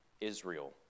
Israel